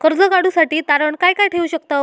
कर्ज काढूसाठी तारण काय काय ठेवू शकतव?